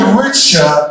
richer